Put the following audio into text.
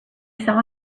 saw